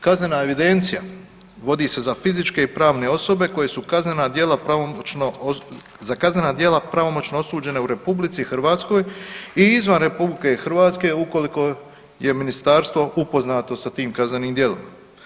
Kaznena evidencija vodi se za fizičke i pravne osobe koje su kaznena djela pravomoćno .../nerazumljivo/... za kaznena djela pravomoćno osuđena u RH i izvan RH, ukoliko je ministarstvo upoznato sa tim kaznenim djelima.